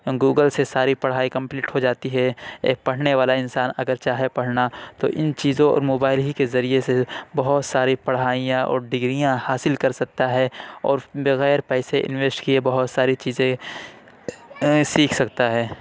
Google سے ساری پڑھائی کمپلیٹ ہو جاتی ہے ایک پڑھنے والا انسان اگر چاہے پڑھنا تو اِن چیزوں اور موبائل ہی کے ذریعے سے بہت ساری پڑھائیاں اور ڈگریاں حاصل کر سکتا ہے اور بغیر پیسے انسویٹ کئے بہت ساری چیزیں سیکھ سکتا ہے